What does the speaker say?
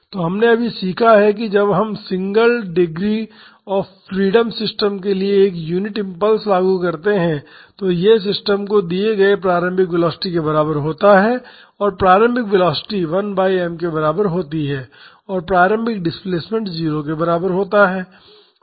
तो हमने अभी सीखा है कि जब हम single degree of freedom system के लिए एक यूनिट इम्पल्स लागू करते हैं तो यह सिस्टम को दिए गए प्रारंभिक वेलोसिटी के बराबर होता है और प्रारंभिक वेलोसिटी 1 बाई m के बराबर होती है और प्रारंभिक डिस्प्लेसमेंट 0 के बराबर होता है